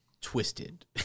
twisted